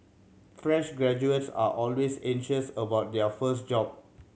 fresh graduates are always anxious about their first job